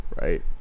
right